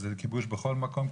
אז זה כיבוש בכל מקום,